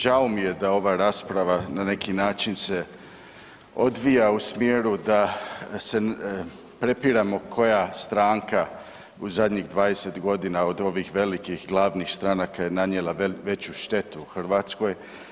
Žao mi je da ova rasprava na neki način se odvija u smjeru da se prepiremo koja stranka u zadnjih 20.g. od ovih velikih glavnih stranaka je nanijela veću štetu Hrvatskoj.